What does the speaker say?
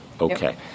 Okay